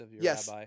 yes